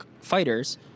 fighters